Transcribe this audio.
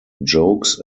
jokes